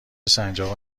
سنجابه